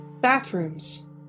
bathrooms